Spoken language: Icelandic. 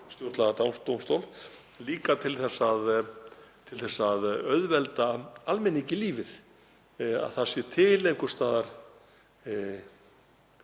stjórnlagadómstól, líka til þess að auðvelda almenningi lífið, að það sé til einhvers staðar